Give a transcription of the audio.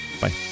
bye